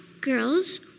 girls